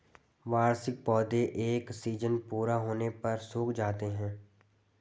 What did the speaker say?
वार्षिक पौधे एक सीज़न पूरा होने पर सूख जाते हैं